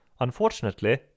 Unfortunately